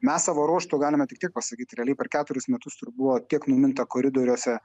mes savo ruožtu galime tik tiek pasakyt realiai per keturis metus kur buvo tiek numinta koridoriuose